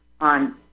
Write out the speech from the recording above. on